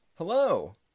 Hello